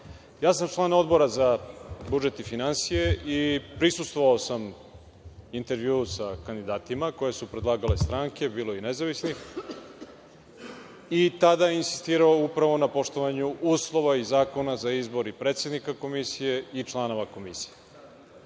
sam član Odbora za budžet i finansije i prisustvovao sam intervjuu sa kandidatima koje su predlagale stranke, bilo je i nezavisnih. Tada je insistirao upravo na poštovanju uslova i zakona za izbor i predsednika Komisije i članova Komisije.